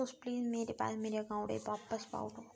तुस प्लीज मेरे पैसै मेरे अकाउंट च बापस पाउड़ो